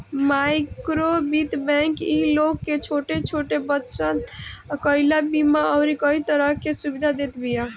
माइक्रोवित्त बैंक इ लोग के छोट छोट बचत कईला, बीमा अउरी कई तरह के सुविधा देत बिया